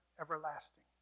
everlasting